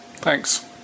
Thanks